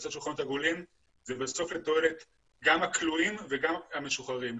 לעשות שולחנות עגולים ובסוף זה לתועלת גם הכלואים וגם המשוחררים.